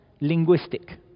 linguistic